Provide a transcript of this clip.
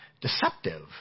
deceptive